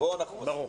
אנחנו מסכימים.